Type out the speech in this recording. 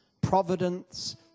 providence